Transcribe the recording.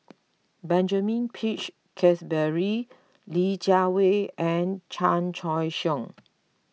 Benjamin Peach Keasberry Li Jiawei and Chan Choy Siong